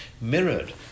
mirrored